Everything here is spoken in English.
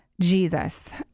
Jesus